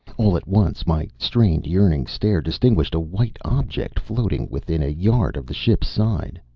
all at once my strained, yearning stare distinguished a white object floating within a yard of the ship's side.